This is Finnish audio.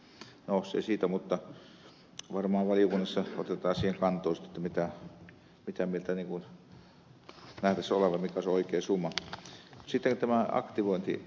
no se siitä mutta varmaan valiokunnassa otetaan siihen kantaa mitä mieltä nähtäisiin olevan mikä on se oikea summa